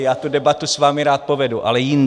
Já tu debatu s vámi rád povedu, ale jindy.